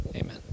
Amen